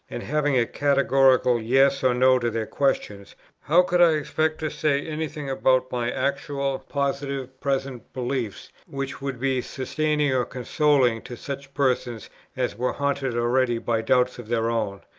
and having a categorical yes or no to their questions how could i expect to say any thing about my actual, positive, present belief, which would be sustaining or consoling to such persons as were haunted already by doubts of their own?